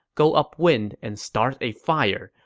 go upwind and start a fire.